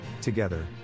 together